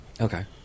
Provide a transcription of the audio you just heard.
Okay